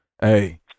Hey